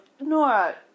Nora